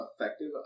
effective